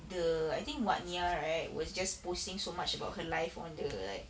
the I think wak nia right was just posting so much about her life on the like